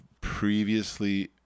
previously –